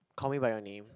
Call-Me-by-Your-Name